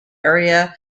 area